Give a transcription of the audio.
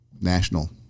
national